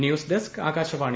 news desk Akashvani